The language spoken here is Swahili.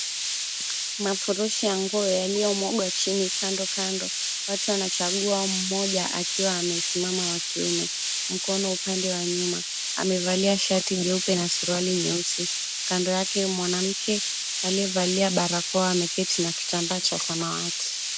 Mafurushi ya nguo yaliyomwagwa chini kandokando. Watu wanachagua, mmoja akiwa amesimama wa kiume mkono upande wa nyuma. Amevalia sharti jeupe na suruali nyeusi, kando yake mwanamke aliyevalia barakoa ameketi na kitambaa cha samawati.